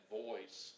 voice